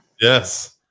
Yes